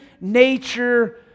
nature